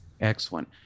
Excellent